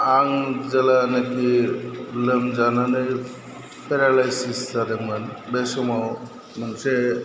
आं जेब्लानाखि लोमजानानै पेरालाइसिस जादोंमोन बे समाव मोनसे